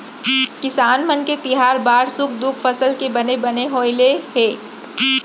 किसान मन के तिहार बार सुख दुख फसल के बने बने होवई ले हे